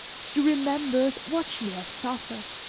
she remembers what she has suffered,